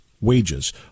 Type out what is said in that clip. wages